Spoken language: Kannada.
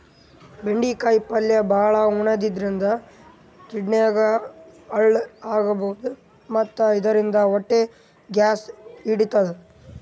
ಬೆಂಡಿಕಾಯಿ ಪಲ್ಯ ಭಾಳ್ ಉಣಾದ್ರಿನ್ದ ಕಿಡ್ನಿದಾಗ್ ಹಳ್ಳ ಆಗಬಹುದ್ ಮತ್ತ್ ಇದರಿಂದ ಹೊಟ್ಟಿ ಗ್ಯಾಸ್ ಹಿಡಿತದ್